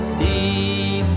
deep